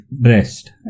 breast